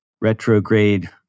retrograde